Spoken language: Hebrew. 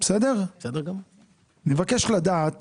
אני מבקש לדעת